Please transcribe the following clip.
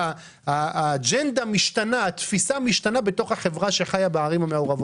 והאג'נדה משתנות בתוך החברה שממנה זה בא.